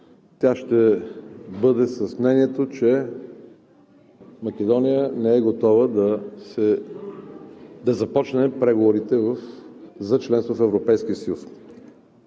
тя ще бъде с мнението, че Македония не е готова да започне преговорите за членство в Европейския съюз.